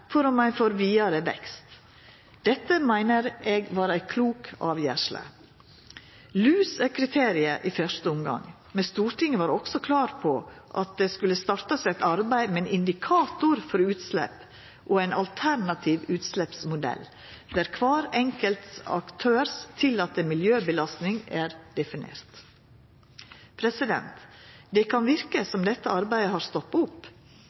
for om ein får vidare vekst. Dette meiner eg var ei klok avgjersle. Lus er kriteriet i første omgang, men Stortinget var òg klar på at det skulle startast eit arbeid med ein indikator for utslepp og ein alternativ utsleppsmodell der den tillatne miljøbelastninga er definert for kvar enkelt aktør. Det kan verka som dette arbeidet har stoppa opp.